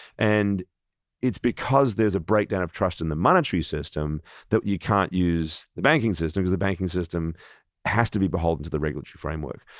and it's because there's a breakdown of trust in the monetary system that you can't use the banking system, because the banking system has to be beholden to the regulatory framework.